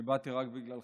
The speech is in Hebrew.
אני באתי רק בגללך.